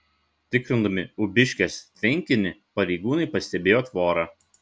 tikrindami ūbiškės tvenkinį pareigūnai pastebėjo tvorą